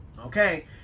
Okay